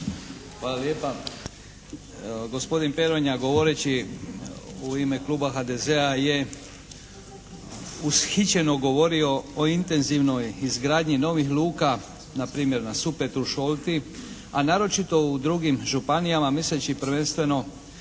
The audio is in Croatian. Hvala lijepa. Gospodin Peronja govoreći u ime kluba HDZ-a je ushićeno govorio o intenzivnoj izgradnji novih luka, npr. na Supetru, Šolti, a naročito u drugim županijama misleći prvenstveno